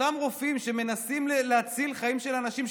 אותם רופאים שמנסים להציל חיים של אנשים,